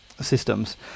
systems